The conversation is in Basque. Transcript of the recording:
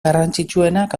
garrantzitsuenak